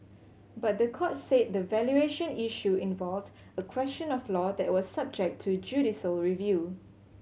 but the court said the valuation issue involved a question of law that was subject to judicial review